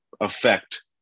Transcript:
affect